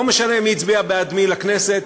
לא משנה מי הצביע בעד מי לכנסת,